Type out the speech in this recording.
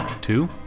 Two